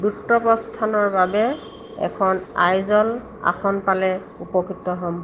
দ্ৰুত প্ৰস্থানৰ বাবে এখন আইল আসন পালে উপকৃত হ'ম